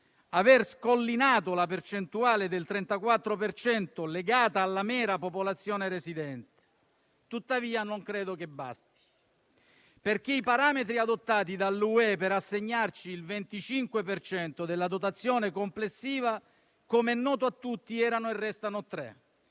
"scollinando" così la percentuale del 34 per cento legata alla mera popolazione residente. Tuttavia, non credo basti perché i parametri adottati dall'UE per assegnarci il 25 per cento della dotazione complessiva, come è noto a tutti, erano e restano tre: